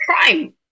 crime